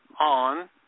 on